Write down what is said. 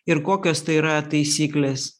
ir kokios tai yra taisyklės